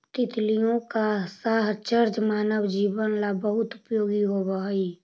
तितलियों का साहचर्य मानव जीवन ला बहुत उपयोगी होवअ हई